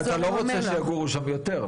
אתה לא רוצה שיגורו שם יותר,